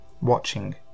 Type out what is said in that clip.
watching